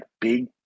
big